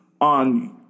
on